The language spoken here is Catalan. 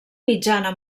mitjana